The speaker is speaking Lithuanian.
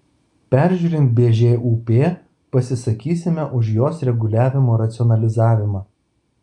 peržiūrint bžūp pasisakysime už jos reguliavimo racionalizavimą